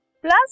plus